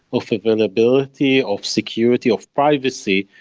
of availability, of security, of privacy,